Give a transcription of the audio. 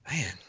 Man